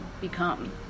become